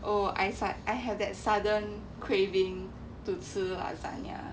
oh I have that sudden craving to 吃 lasagne